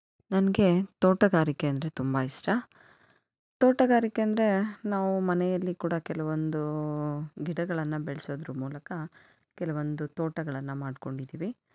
ನನಗೆ ತೋಟಗಾರಿಕೆ ಅಂದರೆ ತುಂಬ ಇಷ್ಟ ತೋಟಗಾರಿಕೆ ಅಂದರೆ ನಾವು ಮನೆಯಲ್ಲಿ ಕೂಡ ಕೆಲವೊಂದು ಗಿಡಗಳನ್ನು ಬೆಳ್ಸೋದ್ರ ಮೂಲಕ ಕೆಲವೊಂದು ತೋಟಗಳನ್ನು ಮಾಡಿಕೊಂಡಿದ್ದೀವಿ